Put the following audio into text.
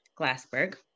Glassberg